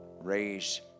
raise